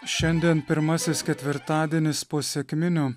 šiandien pirmasis ketvirtadienis po sekminių